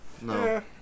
no